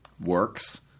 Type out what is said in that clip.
works